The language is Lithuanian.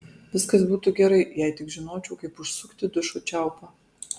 viskas būtų gerai jei tik žinočiau kaip užsukti dušo čiaupą